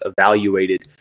evaluated